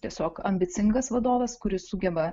tiesiog ambicingas vadovas kuris sugeba